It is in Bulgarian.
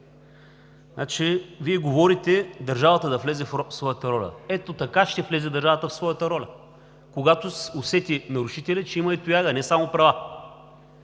Вие говорите държавата да влезе в своята роля. Ето така ще влезе държавата в своята роля, когато нарушителят усети, че има и тояга, не само права.